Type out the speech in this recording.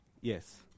Yes